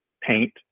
paint